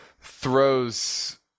throws